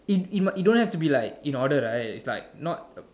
in in it don't have to be like in order right it's like not a